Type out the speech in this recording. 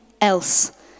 else